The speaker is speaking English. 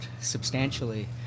substantially